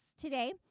today